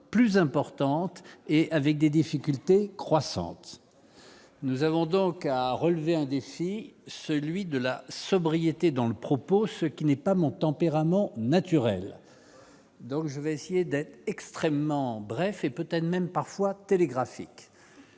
plus importantes et avec des difficultés croissantes, nous avons donc à relever un défi, celui de la sobriété dans le propos, ce qui n'est pas mon tempérament naturel donc je vais essayer d'être extrêmement bref et peut-être même parfois télégraphique.